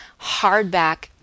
hardback